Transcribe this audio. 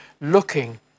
looking